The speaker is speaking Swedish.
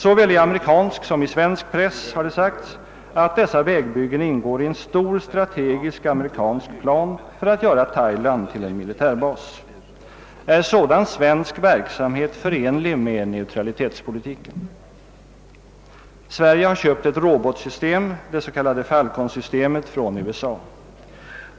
Såväl i amerikansk som i svensk press har det sagts att dessa vägbyggen ingår i en stor strategisk amerikansk plan för att göra Thailand till en militärbas. Är sådan svensk verksamhet förenlig med neutralitetspolitiken? Sverige har köpt ett robotsystem — det s.k. Falconsystemet — från USA.